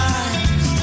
eyes